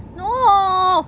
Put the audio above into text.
no